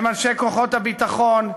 הם אנשי כוחות הביטחון,